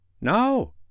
No